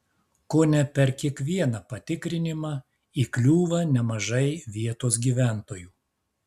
kone per kiekvieną patikrinimą įkliūva nemažai vietos gyventojų